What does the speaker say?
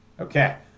Okay